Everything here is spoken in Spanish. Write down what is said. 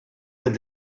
del